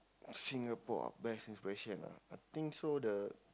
Singapore ah best inspiration ah I think so the